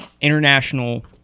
international